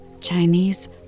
Chinese